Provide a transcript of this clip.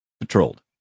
patrolled